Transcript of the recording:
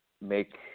make